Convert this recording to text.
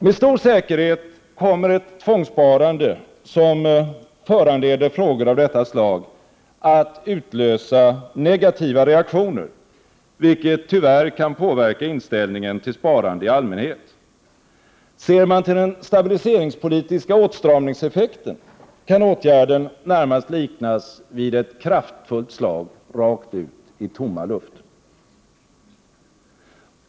Med stor säkerhet kommer ett tvångssparande, som föranleder frågor av detta slag, att utlösa negativa reaktioner, vilket tyvärr kan påverka inställningen till sparande i allmänhet. Ser man till den stabiliseringspolitiska åtstramningseffekten, kan åtgärden närmast liknas vid ett kraftfullt slag rakt ut i tomma luften.